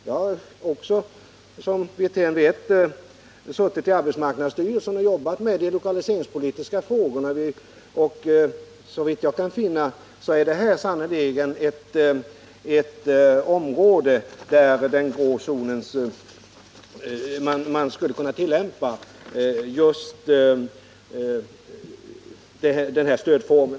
Jag har också, som herr Wirtén vet, suttit i arbetsmarknadsstyrelsen och jobbat med de lokaliseringspolitiska frågorna. Och såvitt jag kan finna är det här sannerligen ett område där man skulle kunna tillämpa just denna stödform.